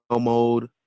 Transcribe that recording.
mode